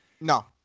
No